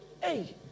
hey